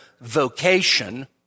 vocation